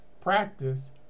practice